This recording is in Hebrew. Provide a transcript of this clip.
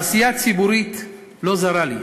העשייה הציבורית אינה זרה לי.